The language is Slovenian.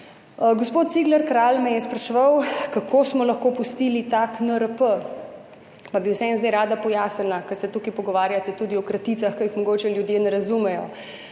Gospod Cigler Kralj me je spraševal, kako smo lahko pustili tak NRP, pa bi vseeno zdaj rada pojasnila, ker se tukaj pogovarjate tudi o kraticah, ki jih mogoče ljudje ne razumejo.